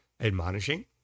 admonishing